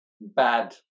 bad